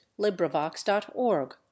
LibriVox.org